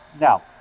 Now